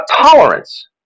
tolerance